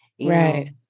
right